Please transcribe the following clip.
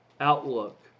outlook